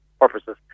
purposes